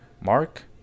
mark